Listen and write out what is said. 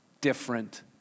different